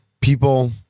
people